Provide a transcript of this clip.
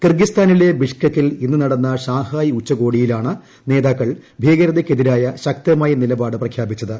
കിർഗിസ്ഥാനി ലെ ബിഷ്കെക്കിൽ ഇന്ന് നടന്ന ഷാങ്ഹായ് ഉച്ചകോടിയിലാണ് നേതാക്കൾ ഭീകരതയ്ക്കെതിരായ പ്രഖ്യാപിച്ചത്